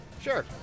Sure